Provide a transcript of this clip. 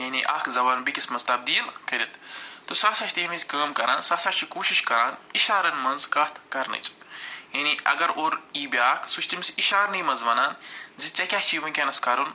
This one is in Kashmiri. یعنی اکھ زبان بیٚیِس منٛز تبدیٖل کٔرِتھ تہٕ سُہ ہَسا چھِ تَمہِ وِز کٲم کَران سُہ ہَسا چھِ کوٗشِش کَران اِشارن منٛز کَتھ کرنٕچ یعنی اگر اورٕ یِیہِ بیٛاکھ سُہ چھِ تٔمِس اِشارنٕے منٛز وَنان زِ ژےٚ کیٛاہ چھُے وُنکٮ۪نس کَرُن